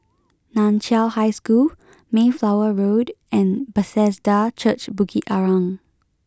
Nan Chiau High School Mayflower Road and Bethesda Church Bukit Arang